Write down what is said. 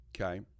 okay